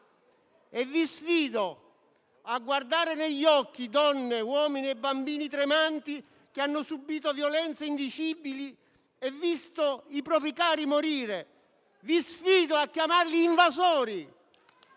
e vi sfido a guardare negli occhi donne, uomini e bambini tremanti che hanno subito violenze indicibili e visto i propri cari morire. Vi sfido a chiamarli invasori.